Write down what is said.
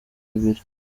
bibiri